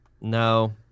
No